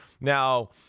Now